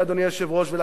ולכן, לסיום,